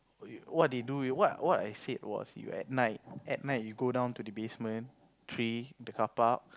what they do what what I said was you at night at night you go down to basement three the carpark